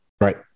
right